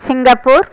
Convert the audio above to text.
Singapore